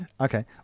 Okay